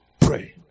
Pray